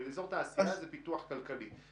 אזור תעשייה זה פיתוח כלכלי.